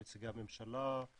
נציגי הממשלה,